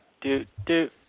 Do-do